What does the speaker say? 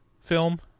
film